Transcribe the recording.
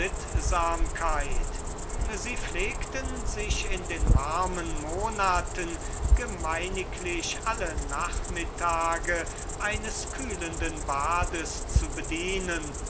sie pflegten sich in den warmen monaten gemeiniglich alle nachmittage eines kühlenden bades zu bedienen